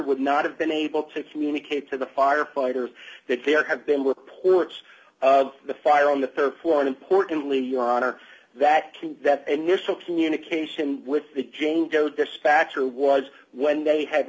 would not have been able to communicate to the firefighters that there had been reports of the fire on the rd floor importantly your honor that that initial communication with the jane doe dispatcher was when they had